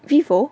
Vivo